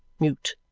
mute,